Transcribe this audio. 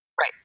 Right